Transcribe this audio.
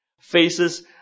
faces